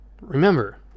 remember